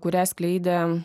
kurią skleidė